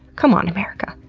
come on america,